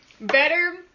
Better